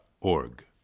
org